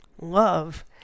Love